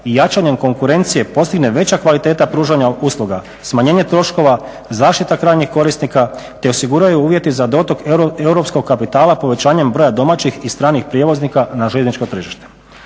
i jačanjem konkurencije postigne veća kvaliteta pružanja usluga, smanjenje troškova, zaštita krajnjeg korisnika, te osiguraju uvjeti za dotok europskog kapitala povećanjem broja domaćih i stranih prijevoznika na željezničko tržište.